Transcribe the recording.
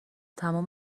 تمام